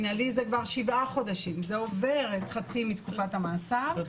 יזכו למינהלי רגיל כמו הטבלה שהראיתי,